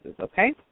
okay